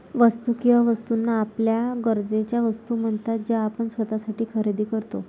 वस्तू किंवा वस्तूंना आपल्या गरजेच्या वस्तू म्हणतात ज्या आपण स्वतःसाठी खरेदी करतो